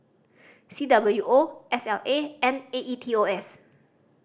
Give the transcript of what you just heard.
C W O S L A and A E T O S